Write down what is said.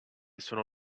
sono